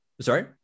sorry